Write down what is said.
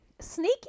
Sneak